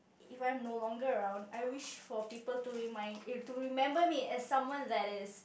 if I'm no longer around I wish for people to remind it to remember me as someone that is